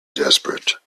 desperate